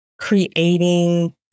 creating